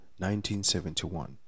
1971